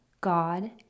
God